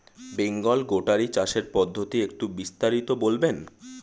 Bengal goatery চাষের পদ্ধতি একটু বিস্তারিত বলবেন?